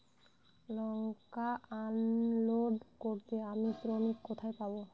লঙ্কা unload করতে আমি শ্রমিক কোথায় পাবো?